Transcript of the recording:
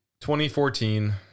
2014